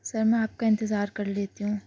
سر میں آپ کا انتظار کر لیتی ہوں